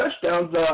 touchdowns